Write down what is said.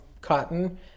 Cotton